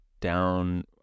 down